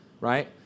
right